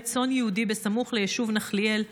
צאן יהודי סמוך ליישוב נחליאל שבבנימין.